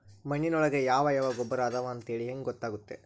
ಮಣ್ಣಿನೊಳಗೆ ಯಾವ ಯಾವ ಗೊಬ್ಬರ ಅದಾವ ಅಂತೇಳಿ ಹೆಂಗ್ ಗೊತ್ತಾಗುತ್ತೆ?